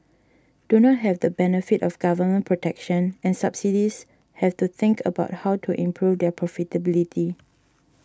do not have the benefit of government protection and subsidies have to think about how to improve their profitability